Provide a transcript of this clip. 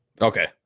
Okay